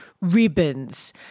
ribbons